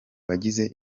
bagize